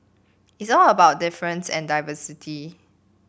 it's all about difference and diversity